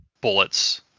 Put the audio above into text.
bullets